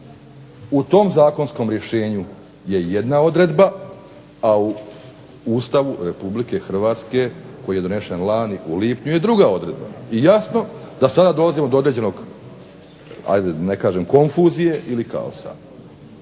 u tom zakonskom rješenju je jedna odredba a u Ustava Republike Hrvatske koji je donešen u lipnju lani je druga odredba i jasno da sada dolazimo do određene konfuzije ili kaosa.